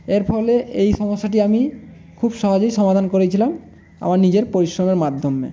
এর ফলে এই সমস্যাটি আমি খুব সহজেই সমাধান করেছিলাম আমার নিজের পরিশ্রমের মাধ্যমে